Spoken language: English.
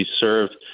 served